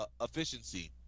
efficiency